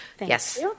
yes